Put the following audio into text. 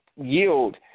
yield